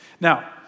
Now